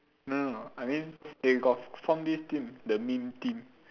no no I mean they got form this team the meme team